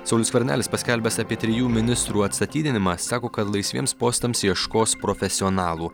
saulius skvernelis paskelbęs apie trijų ministrų atstatydinimą sako kad laisviems postams ieškos profesionalų